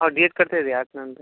हो D Ed करता येते आर्टनंतर